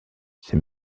c’est